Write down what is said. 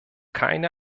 keine